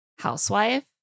Housewife